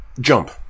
Jump